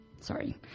Sorry